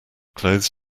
clothes